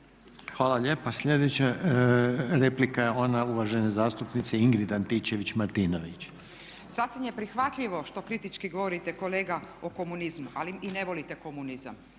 Hvala lijepa. Sljedeća replika je ona uvažene zastupnice Ingrid Antičević-Marinović. **Antičević Marinović, Ingrid (SDP)** Sasvim je prihvatljivo što kritički govorite kolega o komunizmu i ne volite komunizam.